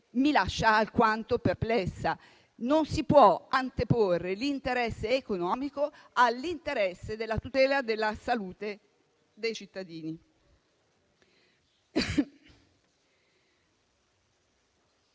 mi lascia alquanto perplessa: non si può anteporre l'interesse economico alla tutela della salute dei cittadini.